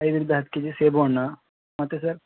ಐದರಿಂದ ಹತ್ತು K G ಸೇಬು ಹಣ್ಣು ಮತ್ತೆ ಸರ್